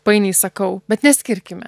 painiai sakau bet neskirkime